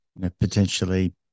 potentially